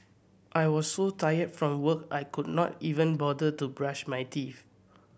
I was so tired from work I could not even bother to brush my teeth